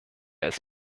als